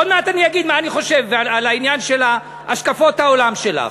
עוד מעט אני אגיד מה אני חושב על העניין של השקפות העולם שלך.